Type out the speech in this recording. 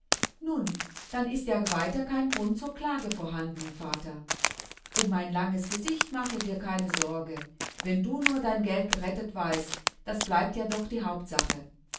nun dann ist ja weiter kein grund zur klage vorhanden vater um mein langes gesicht mache dir keine sorge wenn du nur dein geld gerettet weißt das bleibt ja doch die hauptsache